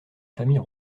famille